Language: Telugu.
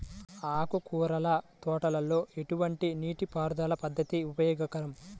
ఆకుకూరల తోటలలో ఎటువంటి నీటిపారుదల పద్దతి ఉపయోగకరం?